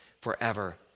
forever